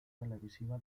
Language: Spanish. televisiva